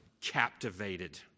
captivated